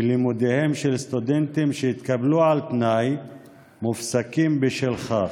ולימודיהם של סטודנטים שהתקבלו על תנאי מופסקים בשל כך.